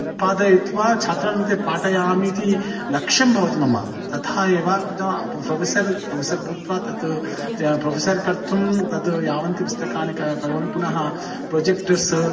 उत्पादयित्वा छात्राणां कृते पाठयामिति लक्ष्यं भवति तथा एव इदं प्रोफ़ेसर् प्रोफ़ेसर् भूत्वा तत् ते प्रोफ़ेसर् कर्तुं दद् यावन्ति पुस्तकानि क करोमि पुनः प्रोजेक्टर्स्